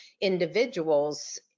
individuals